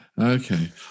Okay